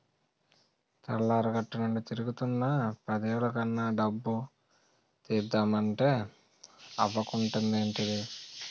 తెల్లారగట్టనుండి తిరుగుతున్నా పదేలు కన్నా డబ్బు తీద్దమంటే అవకుంటదేంటిదీ?